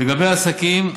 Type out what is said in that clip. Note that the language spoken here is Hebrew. לגבי עסקים,